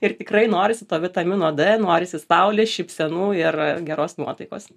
ir tikrai norisi to vitamino d norisi saulės šypsenų ir geros nuotaikos